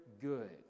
good